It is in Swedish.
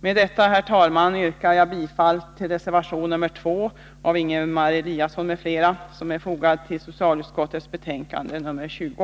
Med detta, herr talman, yrkar jag bifall till reservation nr 2 av Ingemar Eliasson m.fl. som är fogad till socialutskottets betänkande nr 20.